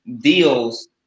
deals